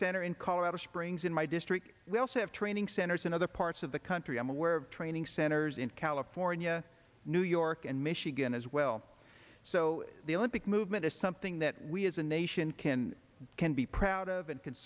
center in colorado springs in my district we also have training centers in other parts of the country i'm aware of training centers in california new york and michigan as well so the olympic movement is something that we as a nation can can be proud of and can